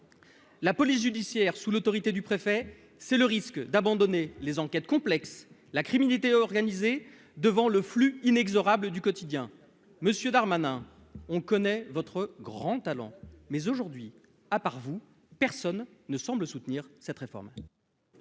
la police judiciaire sous l'autorité du préfet, c'est courir le risque d'abandonner les enquêtes complexes, la lutte contre la criminalité organisée, devant le flux inexorable du quotidien. Monsieur Darmanin, nous connaissons votre grand talent. Mais aujourd'hui, à part vous, personne ne semble soutenir cette réforme.